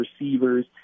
receivers